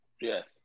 Yes